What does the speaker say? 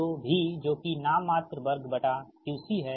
तो V जो कि नाममात्र वर्ग बटा QC है